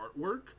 artwork